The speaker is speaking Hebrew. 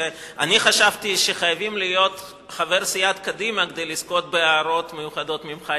אני חשבתי שחייבים להיות חבר סיעת קדימה כדי לזכות בהערות מיוחדות ממך.